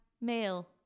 male